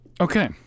Okay